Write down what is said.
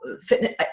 fitness